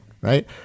right